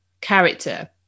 character